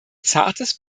zartes